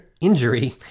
injury